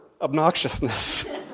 obnoxiousness